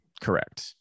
Correct